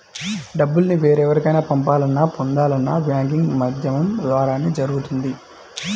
డబ్బుల్ని వేరెవరికైనా పంపాలన్నా, పొందాలన్నా బ్యాంకింగ్ మాధ్యమం ద్వారానే జరుగుతుంది